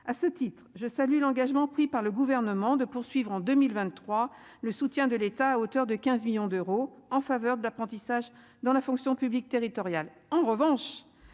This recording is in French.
à ce titre, je salue l'engagement pris par le gouvernement de poursuivre en 2023, le soutien de l'État à hauteur de 15 millions d'euros en faveur de l'apprentissage dans la fonction publique territoriale, en revanche,